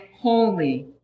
holy